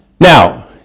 Now